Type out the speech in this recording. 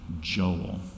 Joel